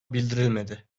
bildirilmedi